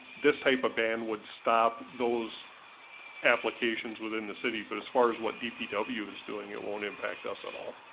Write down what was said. this type of ban would stop those applications within the city, but as far as what dpw is doing, it wouldn't impact us at all.